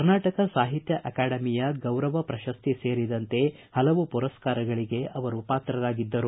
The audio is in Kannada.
ಕರ್ನಾಟಕ ಸಾಹಿತ್ಯ ಅಕಾಡಮಿಯ ಗೌರವ ಪ್ರಶಸ್ತಿ ಸೇರಿದಂತೆ ಪಲವು ಪುರಸ್ಕಾರಗಳಿಗೆ ಅವರು ಪಾತ್ರರಾಗಿದ್ದರು